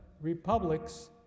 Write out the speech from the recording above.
republics